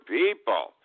people